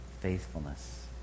faithfulness